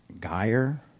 Geyer